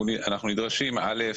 אנחנו נדרשים א.